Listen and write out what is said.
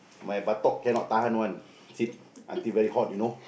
my buttock cannot tahan one sit until very hot you know